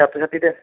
ছাত্রছাত্রীদের